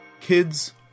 Kids